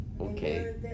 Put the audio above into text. Okay